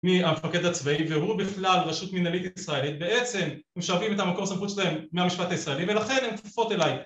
מהמפקד הצבאי והוא בכלל רשות מנהלית ישראלית בעצם משרתים את המקום הסמכות שלהם מהמשפט הישראלי ולכן הם תופסות אליי